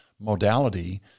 modality